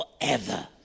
forever